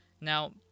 Now